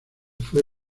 fue